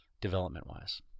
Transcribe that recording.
development-wise